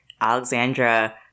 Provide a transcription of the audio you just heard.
Alexandra